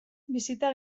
bisita